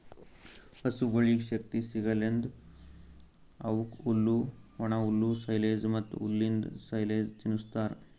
ಹಸುಗೊಳಿಗ್ ಶಕ್ತಿ ಸಿಗಸಲೆಂದ್ ಅವುಕ್ ಹುಲ್ಲು, ಒಣಹುಲ್ಲು, ಸೈಲೆಜ್ ಮತ್ತ್ ಹುಲ್ಲಿಂದ್ ಸೈಲೇಜ್ ತಿನುಸ್ತಾರ್